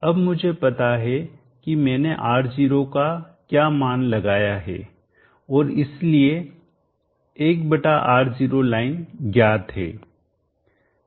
अब मुझे पता है कि मैंने R0 का क्या मान लगाया है और इसलिए 1R0 लाइन ज्ञात है